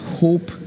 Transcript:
hope